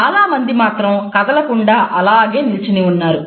చాలామంది మాత్రం కదలకుండా అలాగే నిల్చుని ఉన్నారు